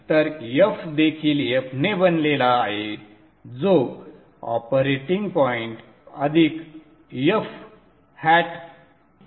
तर f देखील f ने बनलेला आहे जो ऑपरेटिंग पॉइंट अधिक f hat आहे